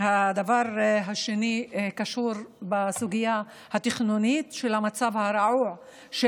הדבר השני קשור בסוגיה התכנונית של המצב הרעוע של